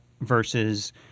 versus